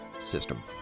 system